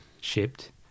shipped